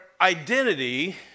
identity